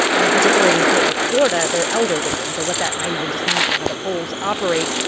you know, particularly in in a state like florida, they're elderly and so what that might even just mean for how the polls operate.